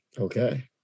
Okay